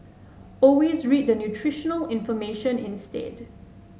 always read the nutritional information instead